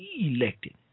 elected